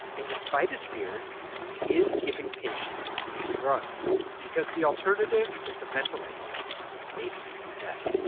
and despite his fears, he is giving patients these drugs because the alternative is a ventilator and maybe even death